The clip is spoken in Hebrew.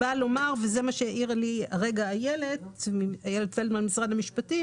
העירה לי כרגע אילת פלדמן ממשרד המשפטים